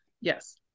Yes